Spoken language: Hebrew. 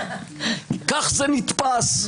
כך זה נתפס.